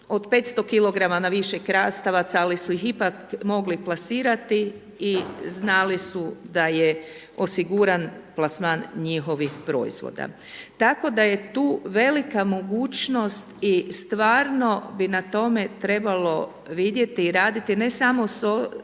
od 500kg na više krastavaca ali su ih ipak mogli plasirati i znali su da je osiguran plasman njihovih proizvoda. Tako da je tu velika mogućnost i stvarno bi na tome trebalo vidjeti i raditi ne samo s